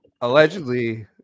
allegedly